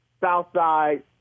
Southside